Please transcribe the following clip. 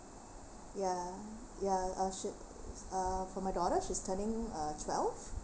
ya ya I should uh for my daughter she's turning uh twelve